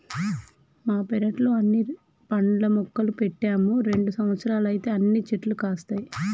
మా పెరట్లో అన్ని పండ్ల మొక్కలు పెట్టాము రెండు సంవత్సరాలైతే అన్ని చెట్లు కాస్తాయి